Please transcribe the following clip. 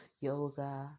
yoga